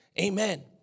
Amen